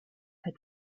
had